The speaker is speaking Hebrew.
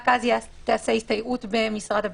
רק אז תעשה הסתייעות במשרד הביטחון.